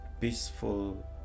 peaceful